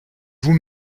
vous